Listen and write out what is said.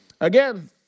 again